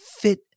fit